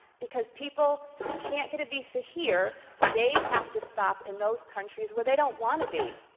because people can't get a visa here, they have to stop in those countries where they don't wanna be.